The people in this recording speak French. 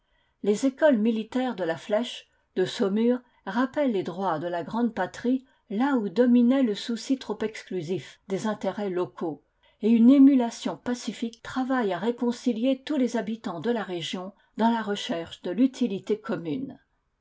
les écoles militaires de la flèche de saumur rappellent les droits de la grande patrie là où dominait le souci trop exclusif des intérêts locaux et une émulation pacifique travaille à réconcilier tous les habitants de la région dans la recherche de l'utilité commune